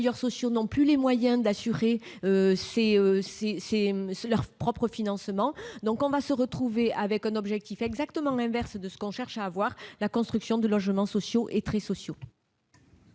sociaux n'ont plus les moyens d'assurer leur propre financement. Donc on va se trouver avec un résultat exactement inverse de ce que l'on cherche : promouvoir la construction de logements sociaux et très sociaux.